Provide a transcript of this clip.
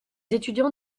étudiants